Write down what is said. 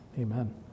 Amen